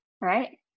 right